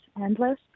endless